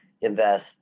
invest